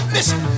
Listen